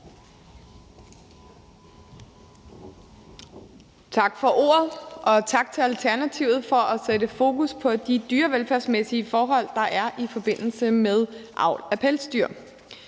Tak for ordet, og tak til Alternativet for at sætte fokus på de dyrevelfærdsmæssige forhold, der er i forbindelse med avl af pelsdyr.